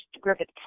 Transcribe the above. Griffith